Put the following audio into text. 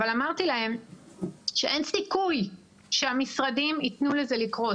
אבל אמרתי להן שאין סיכוי שהמשרדים ייתנו לזה לקרות.